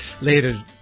later